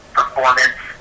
performance